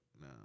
no